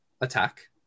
attack